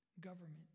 government